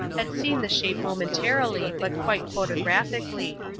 had seen the shape momentarily but quite photographically.